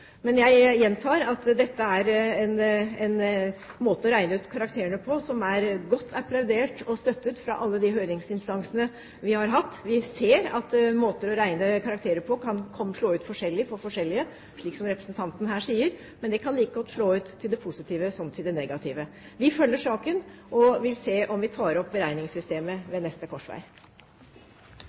Men jeg gjentar at dette er en måte å regne ut karakterene på som er godt applaudert og støttet fra alle de høringsinstansene vi har hatt. Vi ser at måter å regne ut karakterer på, kan slå ut forskjellig for forskjellige, slik som representanten her sier, men det kan like godt slå ut til det positive som til det negative. Vi følger saken og vil se på om vi tar opp beregningssystemet ved neste korsvei.